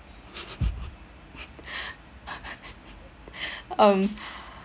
um